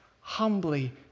humbly